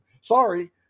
Sorry